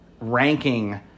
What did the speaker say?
ranking